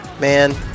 Man